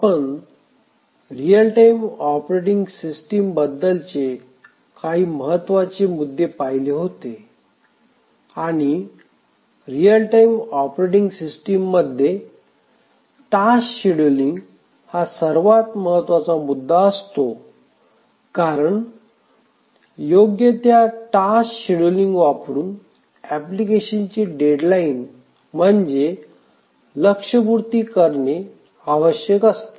आपण real time open operating system बद्दलचे काही महत्त्वाचे मुद्दे पाहिले होते आणि रियल टाइम ऑपरेटिंग मध्ये टास्क शेड्युलिंग हा सर्वात महत्त्वाचा मुद्दा असतो कारण योग्य त्या टास्क शेड्युलिंग करून एप्लिकेशनची डेड लाईन म्हणजे लक्ष्य पूर्ती करणे आवश्यक असते